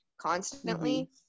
constantly